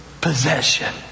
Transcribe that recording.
possession